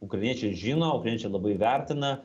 ukrainiečiai žino ukrainiečiai labai vertina